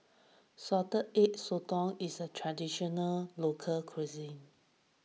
Salted Egg Sotong is a Traditional Local Cuisine